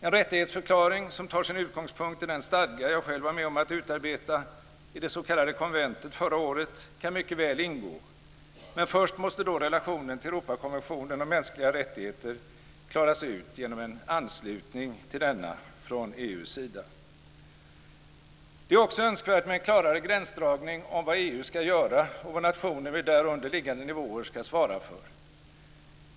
En rättighetsförklaring, som tar sin utgångspunkt i den stadga som jag själv var med om att utarbeta i det s.k. konventet förra året, kan mycket väl ingå, men först måste då relationen till Europakonventionen om mänskliga rättigheter klaras ut genom en anslutning till denna från EU:s sida. Det är också önskvärt med en klarare gränsdragning mellan vad EU ska göra och vad nationer med därunder liggande nivåer ska svara för.